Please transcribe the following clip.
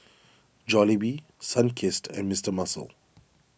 Jollibee Sunkist and Mister Muscle